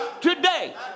today